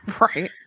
Right